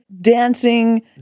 dancing